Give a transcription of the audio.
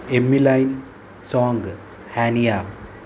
ఎమ్యులైన్ సాంగ్ హనియా